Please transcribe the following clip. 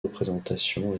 représentations